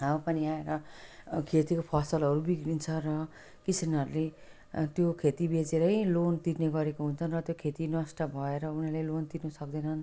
हावापानी आएर खेतीको फसलहरू बिग्रिन्छ र किसानहरूले त्यो खेती बेचेरै लोन तिर्ने गरेको हुन्छ र त्यो खेती नष्ट भएर उनीहरूले लोन तिर्नु सक्दैनन्